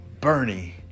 Bernie